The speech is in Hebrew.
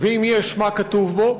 ואם יש, מה כתוב בו?